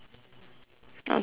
okay then circle that